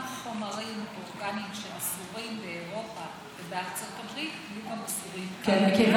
חומרים אורגניים שאסורים באירופה ובארצות הברית יהיו אסורים גם כאן.